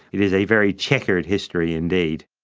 it is a very chequered history indeed.